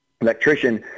electrician